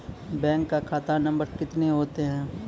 Bank का खाता number कितने होते हैं?